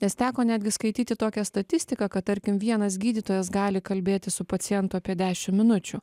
nes teko netgi skaityti tokią statistiką kad tarkim vienas gydytojas gali kalbėti su pacientu apie dešim minučių